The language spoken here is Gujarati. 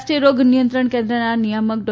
રાષ્ટ્રીય રોગ નિયંત્રણ કેન્દ્રના નિયામક ડો